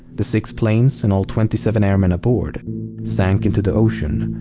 the six planes and all twenty seven airmen aboard sank into the ocean,